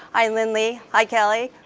hi lindley, hi kelly,